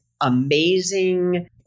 amazing